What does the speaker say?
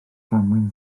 damwain